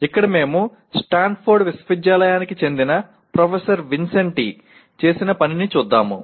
ఇక్కడ మేము స్టాన్ఫోర్డ్ విశ్వవిద్యాలయానికి చెందిన ప్రొఫెసర్ విన్సెంటి చేసిన పనిని చూద్దాము